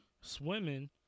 Swimming